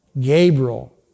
Gabriel